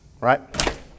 Right